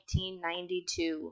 1992